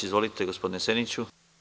Izvolite, gospodine Seniću.